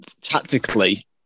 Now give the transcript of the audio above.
tactically